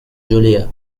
julia